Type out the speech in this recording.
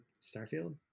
starfield